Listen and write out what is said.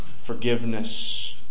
forgiveness